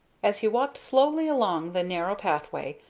as he walked slowly along the narrow pathway,